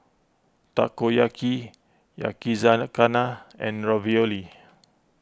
Takoyaki Yakizakana and Ravioli